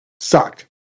sucked